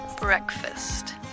breakfast